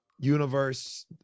universe